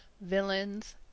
villains